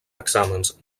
exàmens